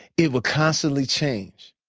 it would constantly change.